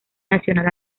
nacional